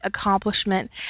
accomplishment